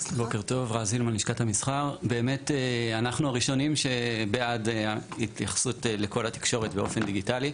אנחנו הראשונים בעד ההתייחסות לכל התקשורת באופן דיגיטלי,